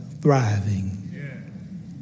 thriving